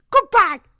Goodbye